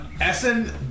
Essen